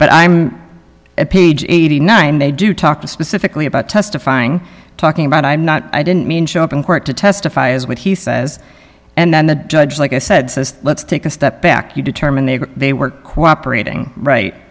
but i'm a page eighty nine they do talk to specifically about testifying talking about i'm not i didn't mean show up in court to testify is what he says and then the judge like i said let's take a step back you determine they were they were cooperating right